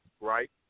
right